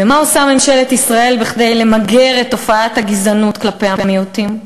ומה עושה ממשלת ישראל כדי למגר את תופעת הגזענות כלפי המיעוטים?